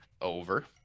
over